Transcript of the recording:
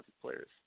players